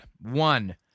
one